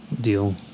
deal